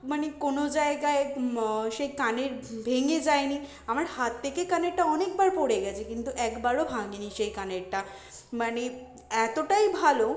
মানে কোনো জায়গায় সেই কানের ভেঙে যায়নি আমার হাত তেকে কানেরটা অনেকবার পড়ে গেছে কিন্তু একবারও ভাঙেনি সেই কানেরটা মানে এতোটাই ভালো